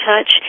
Touch